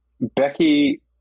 Becky